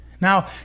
Now